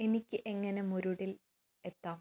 എനിക്ക് എങ്ങനെ മുരുടിൽ എത്താം